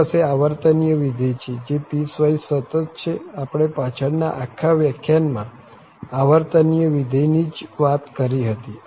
આપણી પાસે આવર્તનીય વિધેય છે જે પીસવાઈસ સતત છે આપણે પાછળ ના આખા વ્યાખ્યાનમાં આવર્તનીય વિધેય ની જ વાત કરી હતી